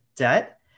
debt